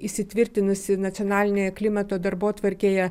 įsitvirtinusi nacionalinėje klimato darbotvarkėje